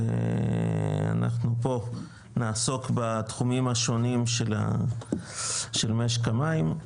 ואנחנו פה נעסוק בתחומים השונים של משק המים,